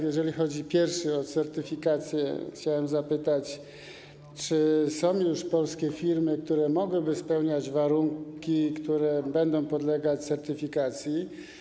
Jeżeli chodzi o pierwszy, czyli o certyfikację, to chciałbym zapytać: Czy są już polskie firmy, które mogłyby spełniać warunki, które będą podlegać certyfikacji?